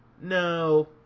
No